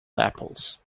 apples